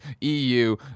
EU